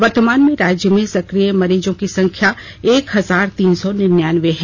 वर्तमान में राज्यभर में सकिय मरीजों की संख्या एक हजार तीन सौ निन्यानवें है